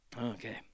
Okay